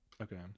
Okay